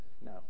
No